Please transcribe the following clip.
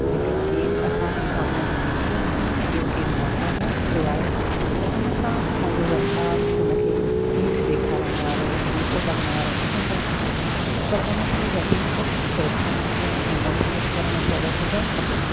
जेकर केर असांखे कामयाबी मिली आहे ऐं ॿियो केरु नाकामयाब थियो आहे त उन सां असांजो वर्ताउ उन खे हेठि ॾेखारणु वारो नीचो करणु वारो न हुजणु खपे पर उन खे वधीक प्रोत्साहन ॾियणु ऐं मोटिवेट करणु जहिड़ो हुजणु खपे